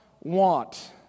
want